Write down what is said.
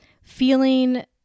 Feeling